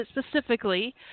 specifically